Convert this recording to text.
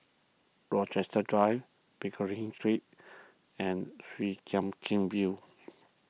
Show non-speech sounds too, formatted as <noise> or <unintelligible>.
Rochester Drive Pickering Street and Chwee Chian <unintelligible> View <noise>